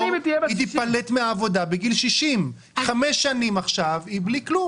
תיפלט מהעבודה בגיל 50. חמש שנים היא בלי כלום.